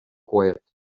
coet